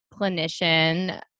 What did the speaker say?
clinician